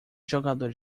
jogadores